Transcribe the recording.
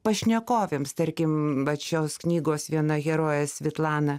pašnekovėms tarkim vat šios knygos viena herojė svetlana